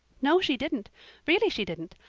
no, she didn't really she didn't.